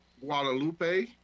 Guadalupe